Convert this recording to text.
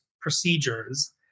procedures